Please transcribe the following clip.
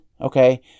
Okay